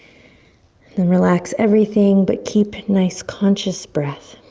and relax everything but keep a nice conscious breath.